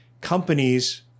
companies